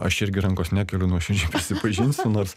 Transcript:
aš irgi rankos nekeliu nuoširdžiai prisipažinsiu nors